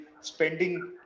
spending